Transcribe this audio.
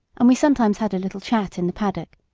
and we sometimes had a little chat in the paddock,